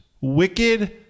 wicked